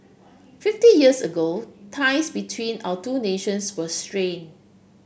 fifty years ago ties between our two nations were strained